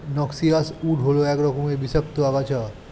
noxious weed হল এক রকমের বিষাক্ত আগাছা